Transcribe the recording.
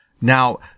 Now